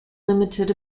limited